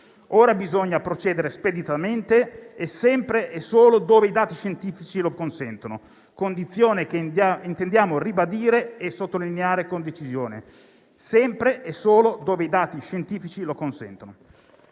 Ora bisogna procedere speditamente e sempre e solo dove i dati scientifici lo consentono. È una condizione che intendiamo ribadire e sottolineare con decisione: sempre e solo dove i dati scientifici lo consentono.